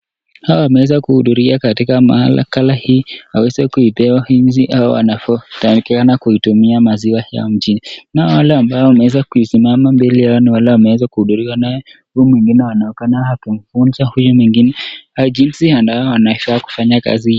Hawa wameeza kuhudhuria katika makala hii, waweze kupiewa jinsi anavyo takikana kutumia maziwa hayo mjini, nao nao wale wameeza kusimama mbele yao ni wale wameeza kuhudhuriwa, nao huyo mwingine anaonekana akimfunza huyo mwingine jinsi ambayo anafaa kufanya kazi hii.